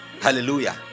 Hallelujah